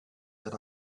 that